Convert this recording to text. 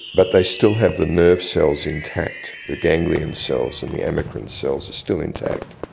but they still have the nerve cells intact, the ganglion cells and the amacrine cells are still intact.